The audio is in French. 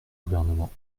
gouvernement